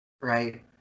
right